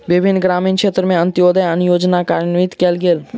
विभिन्न ग्रामीण क्षेत्र में अन्त्योदय अन्न योजना कार्यान्वित कयल गेल